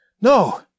No